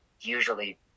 usually